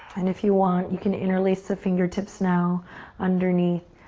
and if you want, you can interlace the fingertips now underneath,